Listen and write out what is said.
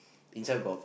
inside got